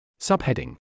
Subheading